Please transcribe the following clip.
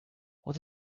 what